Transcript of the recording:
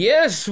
Yes